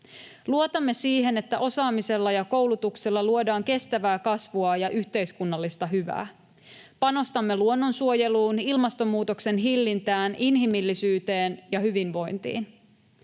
Luotamme siihen, että osaamisella ja koulutuksella luodaan kestävää kasvua ja yhteiskunnallista hyvää. Panostamme luonnonsuojeluun, ilmastonmuutoksen hillintään, inhimillisyyteen ja hyvinvointiin.